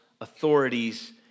authorities